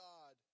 God